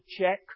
check